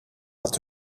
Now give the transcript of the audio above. had